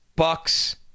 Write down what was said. Bucks